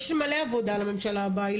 יש מלא עבודה לממשלה הבאה,